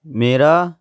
ਮੇਰਾ